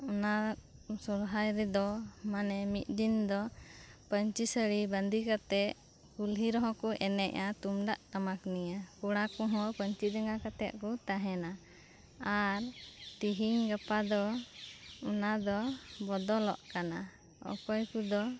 ᱚᱱᱟ ᱥᱚᱦᱨᱟᱭ ᱨᱮᱫᱚ ᱢᱟᱱᱮ ᱢᱤᱜ ᱫᱤᱱ ᱫᱚ ᱯᱟᱧᱪᱤ ᱥᱟᱲᱤ ᱵᱟᱸᱫᱮ ᱠᱟᱛᱮᱫ ᱠᱩᱞᱦᱤ ᱨᱮᱦᱚᱸ ᱠᱚ ᱮᱱᱮᱡᱼᱟ ᱛᱩᱢ ᱫᱟᱜ ᱴᱟᱢᱟᱠ ᱱᱤᱭᱮ ᱠᱚᱲᱟ ᱠᱚᱦᱚᱸ ᱯᱟᱧᱪᱤ ᱰᱮᱸᱜᱟ ᱠᱟᱛᱮᱫ ᱠᱚ ᱛᱟᱦᱮᱱᱟ ᱟᱨ ᱛᱮᱹᱦᱮᱹᱧ ᱜᱟᱯᱟ ᱫᱚ ᱚᱱᱟ ᱫᱚ ᱵᱚᱫᱚᱞᱚᱜ ᱠᱟᱱᱟ ᱚᱠᱚᱭ ᱠᱚᱫᱚ